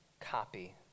copy